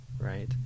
right